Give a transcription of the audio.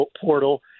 portal